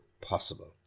possible